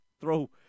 throw